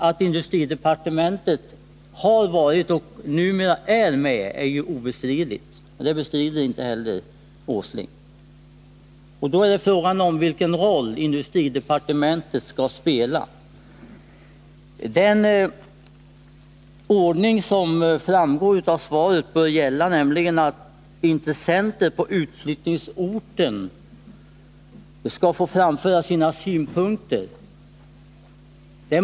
Att industridepartementet har varit och numera är med i bilden är emellertid obestridligt. Det bestrider inte heller herr Åsling. Då är det fråga om vilken roll industridepartementet skall spela. Den ordning som anges i interpellationssvaret bör gälla, nämligen att intressenter på utflyttningsorten skall få framföra sina synpunkter.